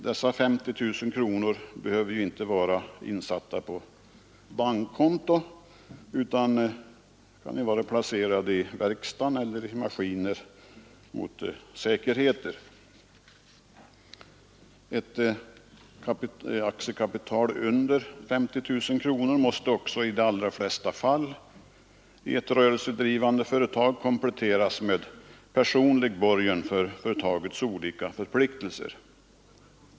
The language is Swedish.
Dessa 50 000 kronor behöver ju inte vara insatta på bankkonto utan kan vara placerade i verkstaden eller i maskiner mot säkerheter. Ett aktiekapital under 50 000 kronor måste också i de allra flesta fall i ett rörelsedrivande företag kompletteras med personlig borgen för företagets olika förpliktelser.